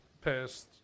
past